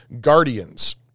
Guardians